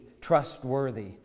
trustworthy